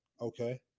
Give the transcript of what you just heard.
Okay